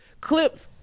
clips